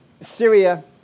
Syria